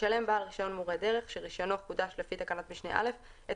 ישלם בעל רישיון מורה דרך שרישיונו חודש לפי תקנת משנה (א) את